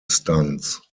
stunts